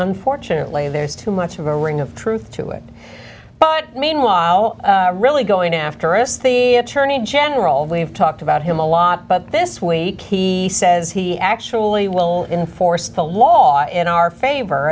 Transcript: unfortunately there is too much of a ring of truth to it but meanwhile really going after us the attorney general they have talked about him a lot but this weight he says he actually will enforce the law in our favor